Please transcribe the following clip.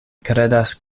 kredas